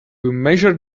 measure